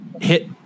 hit